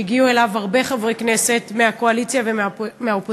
שהגיעו אליו הרבה חברי כנסת מהקואליציה ומהאופוזיציה,